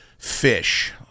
Fish